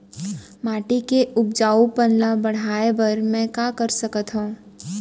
माटी के उपजाऊपन ल बढ़ाय बर मैं का कर सकथव?